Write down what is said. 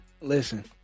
listen